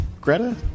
Greta